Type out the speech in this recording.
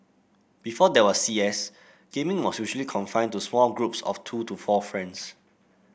before there was C S gaming was usually confined to small groups of two to four friends